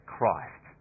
Christ